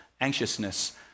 anxiousness